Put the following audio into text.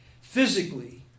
physically